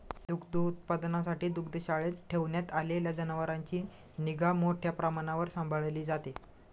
दुग्धोत्पादनासाठी दुग्धशाळेत ठेवण्यात आलेल्या जनावरांची निगा मोठ्या प्रमाणावर सांभाळली जाते